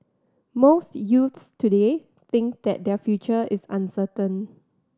most youths today think that their future is uncertain